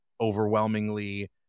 overwhelmingly